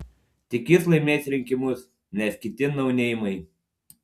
tik jis laimės rinkimus nes kiti nauneimai